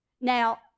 Now